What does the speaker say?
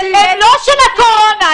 הם לא של הקורונה.